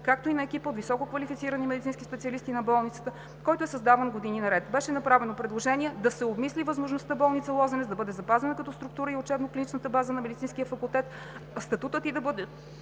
както и на екипа от висококвалифицирани медицински специалисти на болницата, който е създаван години наред. Беше направено предложение да се обмисли възможността болница „Лозенец“ да бъде запазена като структура и учебно-клинична база на Медицинския факултет, а статутът ѝ да бъде